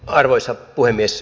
arvoisa puhemies